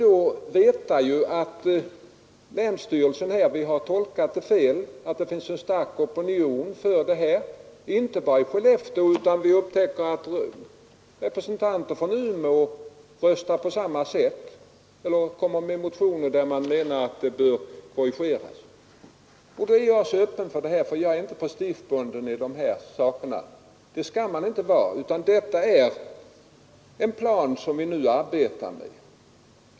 Men sedan fick vi klart för oss att vi hade tolkat situationen fel och att det fanns en stark opinion — inte bara i Skellefteå för två centra. Vi upptäckte också att representanter från Umeå hade väckt motioner om att beslutet borde korrigeras. Jag är öppen för att det göres en ändring; jag är inte prestigebunden i dessa frågor.